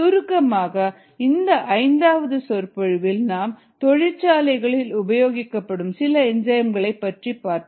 சுருக்கமாக இந்த ஐந்தாவது சொற்பொழிவில் நாம் தொழிற்சாலைகளில் உபயோகிக்கப்படும் சில என்சைம்களை பற்றி பார்த்தோம்